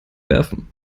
werfen